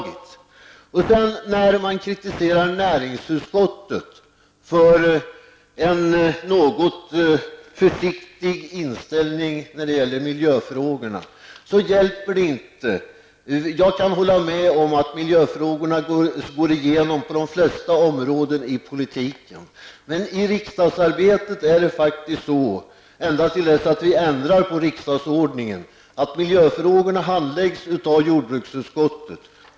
Det hjälper inte att man kritiserar näringsutskottet för en något försiktig inställning när det gäller miljöfrågorna. Jag kan hålla med om att miljöfrågorna slår igenom på de flesta områden i politiken. Men i riksdagsarbetet är det faktiskt så att miljöfrågorna handläggs av jordbruksutskottet ända tills vi ändrar på riksdagsordningen på den punkten.